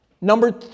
Number